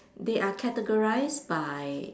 they are categorised by